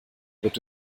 wird